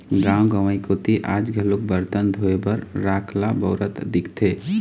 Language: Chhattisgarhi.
गाँव गंवई कोती आज घलोक बरतन धोए बर राख ल बउरत दिखथे